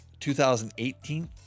2018